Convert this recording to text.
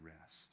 rest